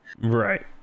Right